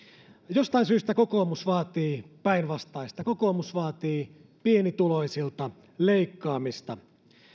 jostain syystä kokoomus vaatii päinvastaista kokoomus vaatii pienituloisilta leikkaamista